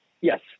Yes